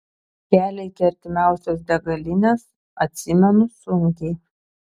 kelią iki artimiausios degalinės atsimenu sunkiai